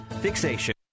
Fixation